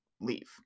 leave